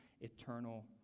eternal